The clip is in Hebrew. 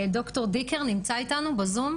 ד"ר דיקר, בבקשה.